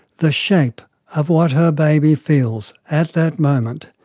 the shape of what her baby feels, at that moment.